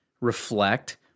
reflect